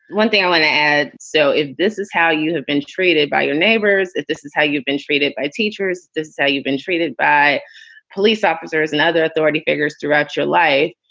one thing i want to add so is this is how you have been treated by your neighbors. if this is how you've been treated by teachers, this how you've been treated by police officers and other authority figures throughout your life.